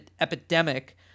epidemic